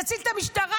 יציל את המשטרה,